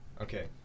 Okay